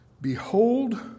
Behold